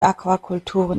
aquakulturen